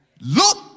look